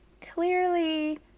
clearly